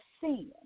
sin